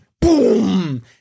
Boom